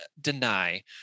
deny